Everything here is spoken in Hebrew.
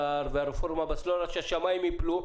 בסלולר והרפורמה בסלולר ואמרו שהשמיים ייפלו.